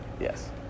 Yes